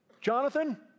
Jonathan